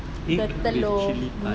the telur